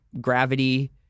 Gravity